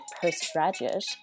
postgraduate